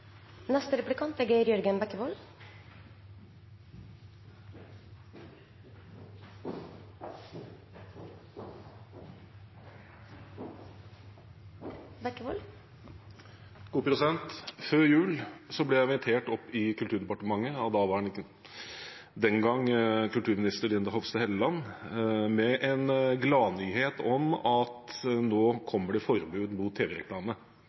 Før jul ble jeg invitert opp til Kulturdepartementet av daværende kulturminister, Linda Hofstad Helleland, til en gladnyhet om at nå ville det komme et forbud mot